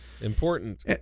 important